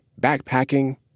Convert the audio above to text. backpacking